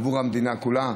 עבור המדינה כולה,